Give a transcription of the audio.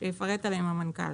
שיפרט עליהן המנכ"ל.